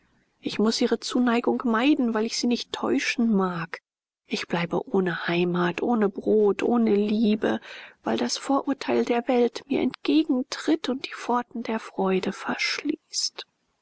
ich muß ihre zuneigung meiden weil ich sie nicht täuschen mag ich bleibe ohne heimat ohne brot ohne liebe weil das vorurteil der welt mir entgegentritt und die pforten der freude verschließt